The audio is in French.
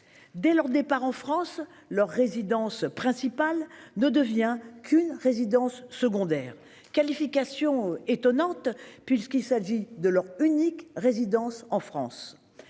Dès qu'ils quittent la France, leur résidence principale n'est plus qu'une résidence secondaire, qualification étonnante puisqu'il s'agit de leur unique résidence en France.